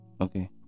Okay